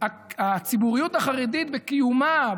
הציבוריות החרדית בקיומה,